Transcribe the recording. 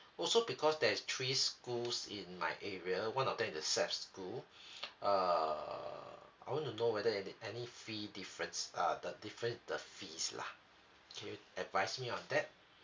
also because there is three schools in my area one of them is the SEC school uh I want to know whether are there any fee difference uh the different the fees lah can you advice me on that